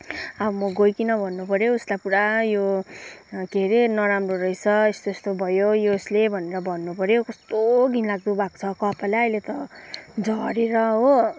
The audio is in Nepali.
अब म गइकिन भन्नु पऱ्यो हौ उसलाई पुरा यो के अरे नराम्रो रहेछ यस्तो यस्तो भयो यसले अब भन्नु पऱ्यो हौ कस्तो घिनलाग्दो भएको छ कपालै अहिले त झरेर हो